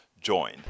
join